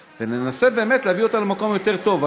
וננסה באמת להביא אותה למקום יותר טוב.